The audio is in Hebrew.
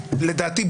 שלדעתי,